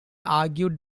argued